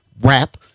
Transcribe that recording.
rap